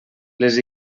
les